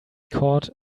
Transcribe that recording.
caught